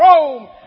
Rome